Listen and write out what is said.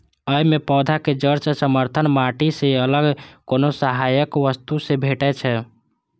अय मे पौधाक जड़ कें समर्थन माटि सं अलग कोनो सहायक वस्तु सं भेटै छै